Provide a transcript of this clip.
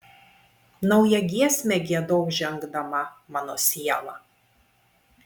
naują giesmę giedok žengdama mano siela